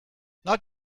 not